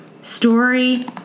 Story